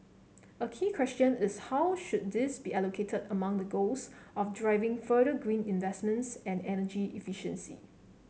a key question is how should these be allocated among the goals of driving further green investments and energy efficiency